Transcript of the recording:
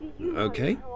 Okay